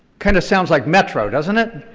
kind of sounds like metro, doesn't it?